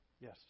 Yes